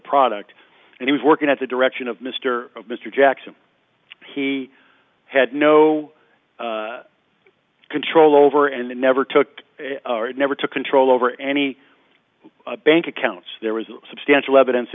product and he was working at the direction of mr mr jackson he had no control over and never took never took control over any bank accounts there was substantial evidence